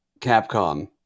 Capcom